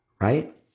right